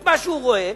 מה שהוא רואה,